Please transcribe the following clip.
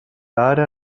ara